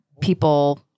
people